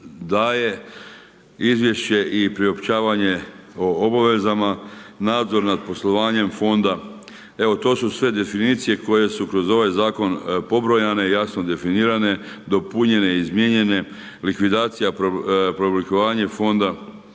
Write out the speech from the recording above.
daje, izvješće i priopćavanje o obavezama, nadzor nad poslovanjem Fonda. Evo, to su sve definicije koje su kroz ovaj Zakon pobrojane i jasno definirane, dopunjene i izmijenjene, likvidacija, preoblikovanje Fonda,